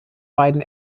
beiden